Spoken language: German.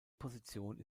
position